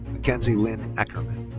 mackenzie layne ackerman.